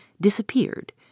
disappeared